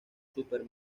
super